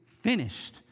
finished